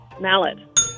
Mallet